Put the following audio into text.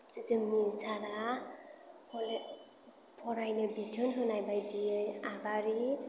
जोंनि सारा फरायनो बिथोन होनाय बायदियै आबारि